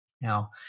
Now